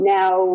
now